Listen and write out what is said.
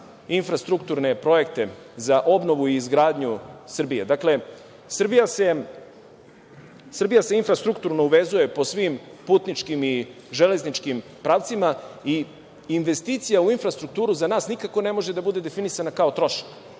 infrastrukturne projekte za obnovu i izgradnju Srbije. Dakle, Srbija se infrastrukturno uvezuje po svim putničkim i železničkim pravcima i investicija u infrastrukturu za nas nikako ne može da bude definisana kao trošak.